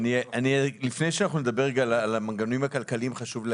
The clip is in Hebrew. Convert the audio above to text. לפני שאתייחס לנושאים הכלכליים החשובים